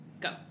Go